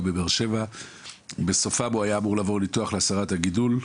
בבאר שבע שבסופם היה אמור לעברו ניתוח להסרת הגידול.